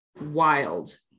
wild